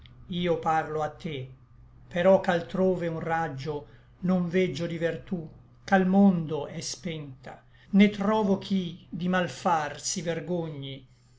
io parlo a te però ch'altrove un raggio non veggio di vertú ch'al mondo è spenta né trovo chi di mal far si vergogni